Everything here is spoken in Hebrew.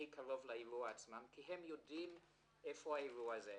הכי קרוב לאירוע, כי הם יודעים איפה האירוע הזה.